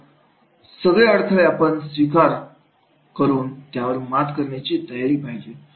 तर असे सगळे अडथळे आपण स्वीकारून त्यावर मात करण्याची तयारी पाहिजे